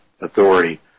authority